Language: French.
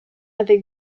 avec